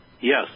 Yes